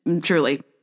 Truly